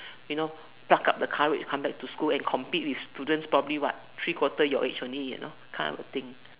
you know pluck up the courage come back to school and compete with students probably what three quarter your age only you know kind of thing